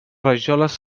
rajoles